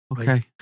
Okay